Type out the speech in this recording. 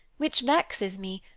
which vexes me,